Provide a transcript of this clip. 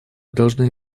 должны